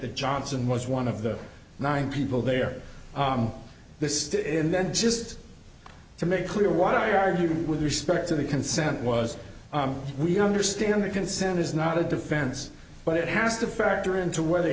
the johnson was one of the nine people there this and then just to make clear what i argued with respect to the consent was we understand the consent is not a defense but it has to factor into wh